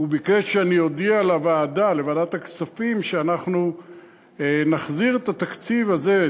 הוא ביקש שאני אודיע לוועדת הכספים שאנחנו נחזיר את התקציב הזה,